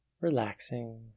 relaxing